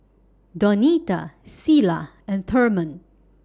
Donita Cilla and Thurman